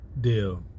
deal